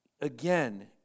again